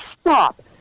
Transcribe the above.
Stop